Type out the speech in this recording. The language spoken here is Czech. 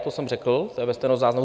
To jsem řekl, to je ve stenozáznamu.